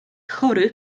chory